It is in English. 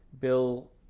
Bill